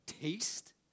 taste